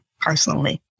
personally